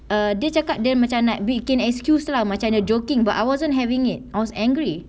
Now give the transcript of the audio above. err dia cakap dia macam nak weekend excuse lah macam dia joking but I wasn't having it I was angry